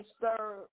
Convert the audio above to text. third